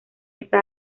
esa